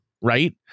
Right